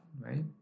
right